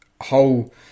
whole